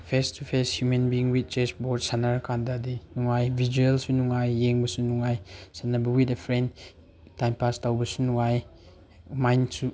face to face human being with chess board ꯁꯥꯟꯅꯔ ꯀꯥꯟꯗꯗꯤ ꯅꯨꯡꯉꯥꯏ ꯚꯤꯖ꯭ꯋꯦꯜꯁꯨ ꯅꯨꯡꯉꯥꯏ ꯌꯦꯡꯕꯁꯨ ꯅꯨꯡꯉꯥꯏ ꯁꯥꯟꯅꯕ with a friend time pass ꯇꯧꯕꯁꯨ ꯅꯨꯡꯉꯥꯏ ꯃꯥꯏꯟꯁꯨ